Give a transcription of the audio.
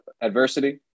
adversity